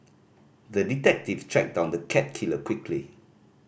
the detective tracked down the cat killer quickly